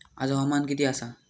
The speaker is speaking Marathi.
आज हवामान किती आसा?